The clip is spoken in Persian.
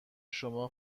شما